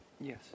yes